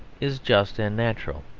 is just and natural.